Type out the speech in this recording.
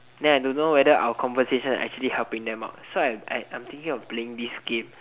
then I don't know whether our conversation actually helping them out so I I I'm thinking of playing this game